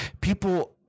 people